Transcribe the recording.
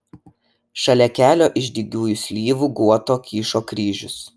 šalia kelio iš dygiųjų slyvų guoto kyšo kryžius